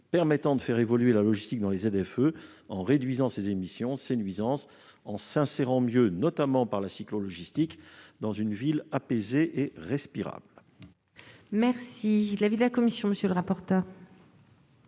permettant de faire évoluer la logistique dans les ZFE en réduisant ses émissions et ses nuisances et en l'insérant mieux, notamment par la cyclo-logistique, dans une ville apaisée et respirable. Quel est l'avis de la commission ? Cet